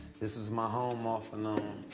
this was my home, off and on,